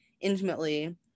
intimately